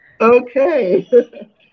Okay